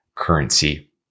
currency